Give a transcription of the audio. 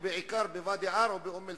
ובעיקר בוואדי-עארה ובאום-אל-פחם.